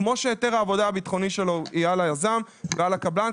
כמו שהיתר העבודה הביטחוני שלו יהיה על היזם ועל הקבלן,